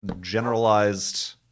generalized